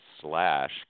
slash